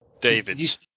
Davids